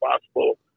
possible